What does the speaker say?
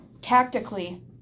Tactically